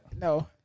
No